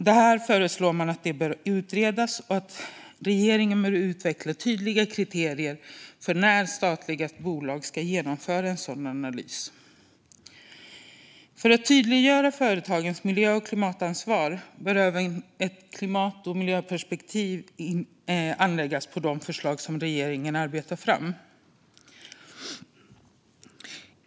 Man föreslår att detta ska utredas och att regeringen ska utveckla tydliga kriterier för när statliga bolag ska genomföra en sådan analys. För att tydliggöra företagens miljö och klimatansvar bör även ett klimat och miljöperspektiv anläggas på de förslag som regeringen arbetar fram.